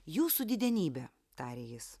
jūsų didenybe tarė jis